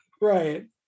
Right